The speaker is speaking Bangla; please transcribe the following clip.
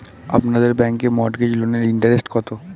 আপনাদের ব্যাংকে মর্টগেজ লোনের ইন্টারেস্ট কত?